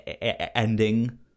ending